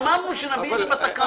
אמרנו שנביא את זה בתקנות.